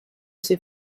ses